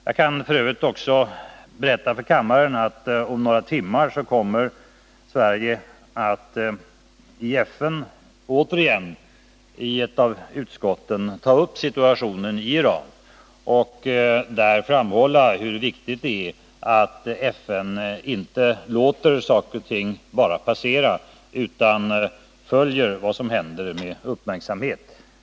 Jag kan för övrigt också berätta för kammaren att om några timmar kommer Sverige i FN återigen att i ett utskott ta upp situationen i Iran och där framhålla hur viktigt det är att FN inte låter saker och ting bara passera utan följer vad som händer med uppmärksamhet.